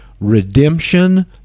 Redemption